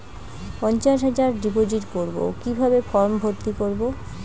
পঞ্চাশ হাজার ডিপোজিট করবো কিভাবে ফর্ম ভর্তি করবো?